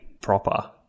proper